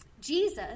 Jesus